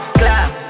class